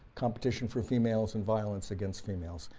competition for females and violence against females.